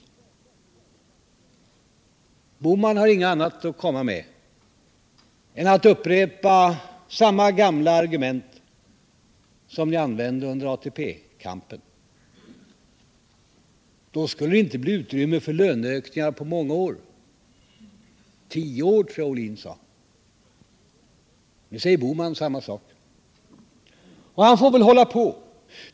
Gösta Bohman har inget annat att komma med än att upprepa samma gamla argument som ni använde under ATP-kampen. Då skulle det inte bli utrymme för löneökningar på många år — tio år tror jag Bertil Ohlin sade. Nu säger Gösta Bohman samma sak. Och han får väl hålla på.